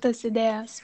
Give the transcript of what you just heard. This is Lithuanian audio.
tas idėjas